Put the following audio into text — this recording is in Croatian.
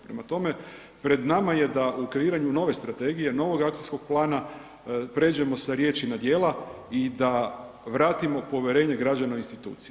Prema tome, pred nama je da u kreiranju nove strategije, novog akcijskog plana prijeđemo sa riječi na djela i da vratimo povjerenje građana u institucije.